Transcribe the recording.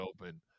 open